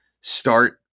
start